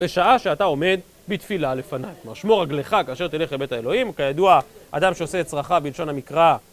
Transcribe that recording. בשעה שאתה עומד בתפילה לפניו. כלומר, שמור רגליך כאשר תלך לבית האלוהים. כידוע, אדם שעושה את צרכיו בלשון המקרא.